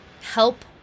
help